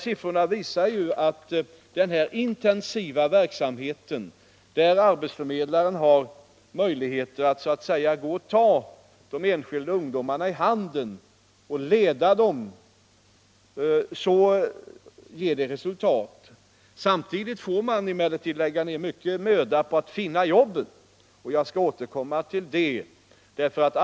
Siffrorna visar att denna intensiva verksamhet, som gör det möjligt för arbetsförmedlaren att så att säga ta de enskilda ungdomarna i handen och leda dem, ger resultat. Men man får också lägga ned stor möda på att finna jobben. Jag skall återkomma till det.